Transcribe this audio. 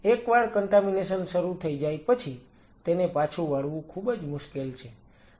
અને એકવાર કન્ટામીનેશન શરુ થઈ જાય પછી તેને પાછું વાળવું ખૂબ જ મુશ્કેલ છે